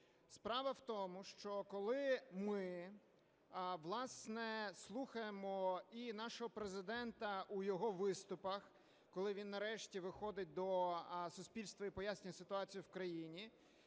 Справа в тому, що коли ми, власне, слухаємо і нашого Президента у його виступах, коли він нарешті виходить до суспільства і пояснює ситуацію в країні,